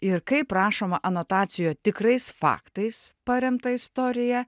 ir kaip rašoma anotacijoje tikrais faktais paremtą istoriją